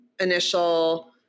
initial